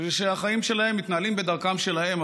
שהחיים שלהם מתנהלים בדרכם שלהם,